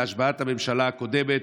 בהשבעת הממשלה הקודמת.